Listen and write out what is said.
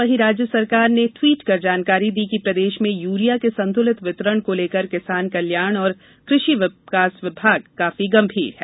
वहीं राज्य सरकार ने ट्वीट कर जानकारी दी कि प्रदेश में यूरिया के संतुलित वितरण को लेकर किसान कल्याण तथा कृषि विकास विभाग काफी गंभीर है